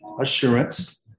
Assurance